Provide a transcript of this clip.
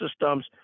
systems